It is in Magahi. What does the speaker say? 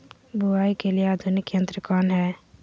बुवाई के लिए आधुनिक यंत्र कौन हैय?